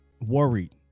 worried